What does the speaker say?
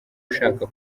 ushaka